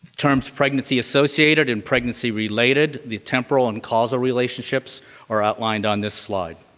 terms pregnancy-associated and pregnancy-related, the temporal and causal relationships are outlined on this slide.